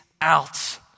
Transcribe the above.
out